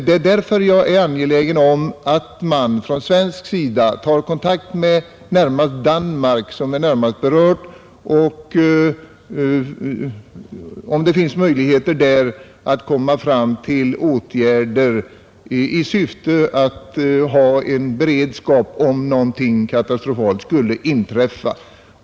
Det är därför jag är angelägen om att man från svensk sida tar kontakt med främst Danmark, som är närmast berört, och undersöker om det finns möjligheter att få till stånd åtgärder i syfte att ha en verklig beredskap, om någonting katastrofalt skulle inträffa.